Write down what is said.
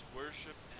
worship